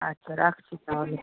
আচ্ছা রাখছি তাহলে